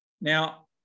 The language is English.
Now